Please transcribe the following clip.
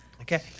Okay